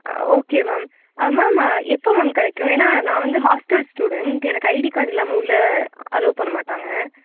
ஆ okay ma'am ma'am எப்போ ma'am கிடைக்கும் ஏன்னால் நான் வந்து ஹாஸ்ட்டல் ஸ்டூடெண்ட் எனக்கு ஐடி கார்ட் இல்லாமல் உள்ளே அலோவ் பண்ண மாட்டாங்க